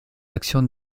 actions